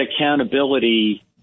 accountability